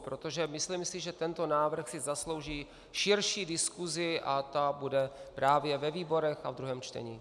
Protože si myslím, že tento návrh si zaslouží širší diskusi, a ta bude právě ve výborech a v druhém čtení.